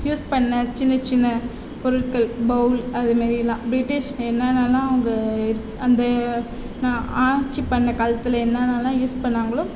use பண்ண சின்ன சின்ன பொருட்கள் பௌல் அது மாரிலாம் பிரிட்டிஷ் என்னென்னலாம் அங்கே இருக்கு அந்த ஆட்சி பண்ண காலத்தில் என்னென்னலாம் யூஸ் பண்ணிணாங்களோ